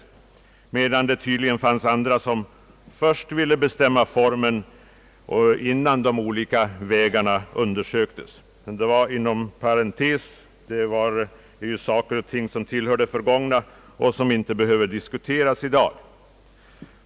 Däremot fanns det tydligen andra, som först ville bestämma formen, innan de olika alternativen undersöktes. Det är emellertid saker och ting som tillhör det förgångna och som inte behöver diskuteras i dag.